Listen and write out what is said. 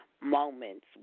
moments